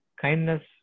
kindness